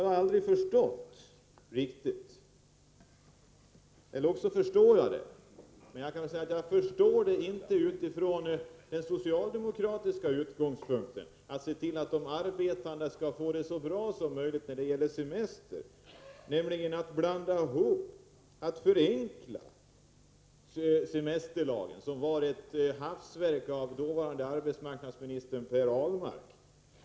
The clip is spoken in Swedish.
Jag kan i och för sig förstå att socialdemokraterna vill förenkla semesterlagen, som var ett hafsverk av dåvarande arbetsmarknadsministern Per Ahlmark.